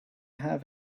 have